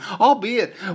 albeit